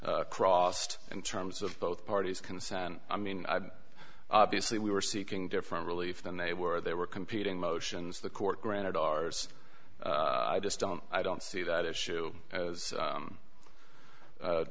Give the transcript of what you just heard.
been crossed in terms of both parties consent i mean obviously we were seeking different relief than they were they were competing motions the court granted ours i just don't i don't see that issue